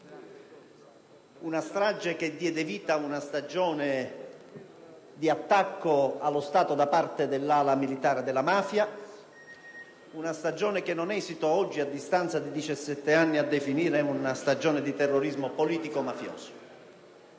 Una strage che diede vita ad una stagione di attacco allo Stato da parte dell'ala militare della mafia, una stagione che non esito, oggi, a distanza di 17 anni, a definire una stagione di terrorismo politico‑mafioso.